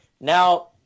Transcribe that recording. Now